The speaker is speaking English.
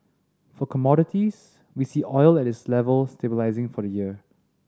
for commodities we see oil at this level stabilising for the year